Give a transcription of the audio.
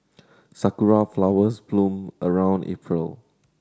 sakura flowers bloom around April